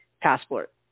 passport